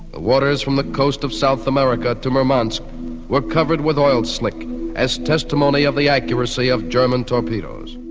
waters from the coast of south america to murmansk were covered with oil slick as testimony of the accuracy of german torpedoes.